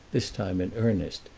this time in earnest,